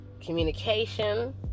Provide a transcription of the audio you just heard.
communication